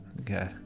Okay